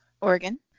Oregon